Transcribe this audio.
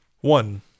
one